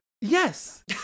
Yes